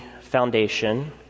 Foundation